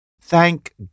Thank